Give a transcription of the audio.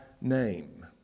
name